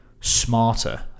smarter